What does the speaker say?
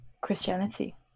Christianity